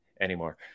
anymore